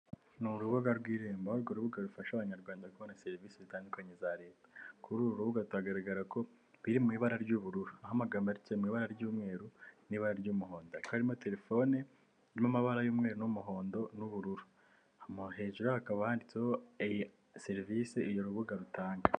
NI urubuga rw'irembo ku rubuga rufasha abanyarwanda kubona serivisi zitandukanye za leta kuri uru rubugatagaragara ko ruri mu ibara ry'ubururu ahamaga rike mu ibara ry'umweru n'ibara ry'umuhondo haririmo telefone n'amabara y'u n'umuhondo n'ubururu hejuru hakaba handitseho serivisi urubuga rutanga